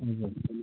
हजुर